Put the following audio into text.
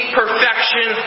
perfection